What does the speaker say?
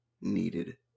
needed